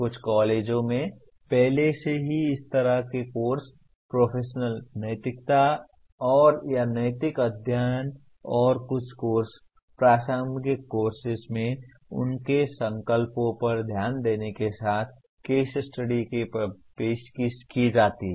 कुछ कॉलेजों में पहले से ही इस तरह के कोर्स प्रोफेशनल नैतिकता और या नैतिक अध्ययन और कुछ कोर्स प्रासंगिक कोर्सेस में उनके संकल्पों पर ध्यान देने के साथ केस स्टडी की पेशकश की जाती है